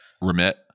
Remit